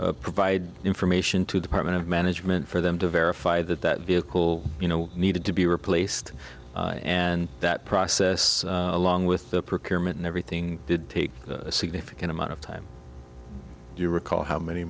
provide information to department of management for them to verify that that vehicle you know needed to be replaced and that process along with the procurement and everything did take a significant amount of time you recall how many